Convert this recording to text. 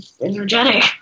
energetic